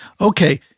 Okay